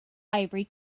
ivory